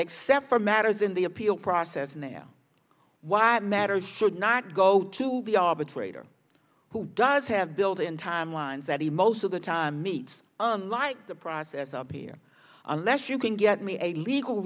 except for matters in the appeal process now why it matters should not go to the arbitrator who does have built in timelines that he also the time needs unlike the process up here unless you can get me a legal